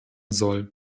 soll